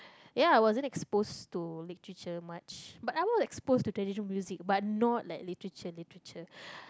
ya I wasn't exposed to literature much but I was exposed to traditional music but not like Literature Literature